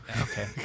Okay